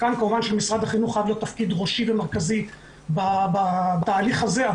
כאן כמובן שלמשרד החינוך צריך להיות תפקיד ראשי ומרכזי בתהליך הזה,